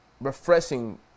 refreshing